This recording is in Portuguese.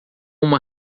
uma